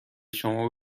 شما